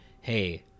Hey